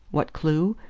what clue?